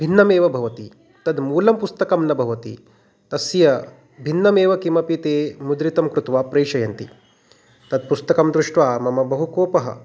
भिन्नमेव भवति तद् मूलं पुस्तकं न भवति तस्य भिन्नमेव किमपि ते मुद्रितं कृत्वा प्रेषयन्ति तत् पुस्तकं दृष्ट्वा मम बहु कोपः